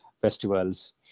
festivals